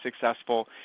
successful